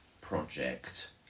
project